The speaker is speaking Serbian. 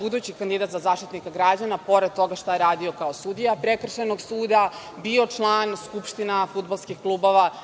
budući kandidat za Zaštitnika građana, pored toga što je radio kao sudija Prekršajnog suda, bio član skupština fudbalskih klubova